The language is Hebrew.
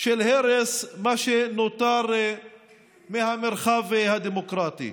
של הרס מה שנותר מהמרחב הדמוקרטי.